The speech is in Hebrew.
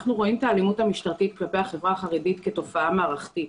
אנחנו רואים את האלימות המשטרתית כלפי החברה החרדית כתופעה מערכתית,